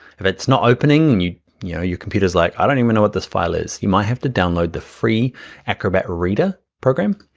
if it's not opening and you know your computer is like i don't even know what this file is you might have to download the free acrobat reader program,